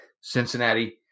Cincinnati